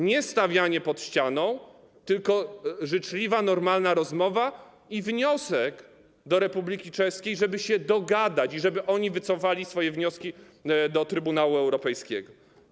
Nie stawianie pod ścianą, tylko życzliwa, normalna rozmowa i wniosek do Republiki Czeskiej, żeby się dogadać i żeby oni wycofali swoje wnioski do Trybunału Europejskiego.